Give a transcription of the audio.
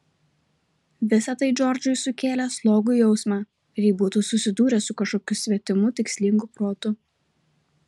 visa tai džordžui sukėlė slogų jausmą lyg būtų susidūręs su kažkokiu svetimu tikslingu protu